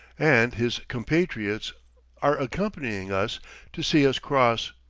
and his compatriots are accompanying us to see us cross,